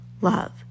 love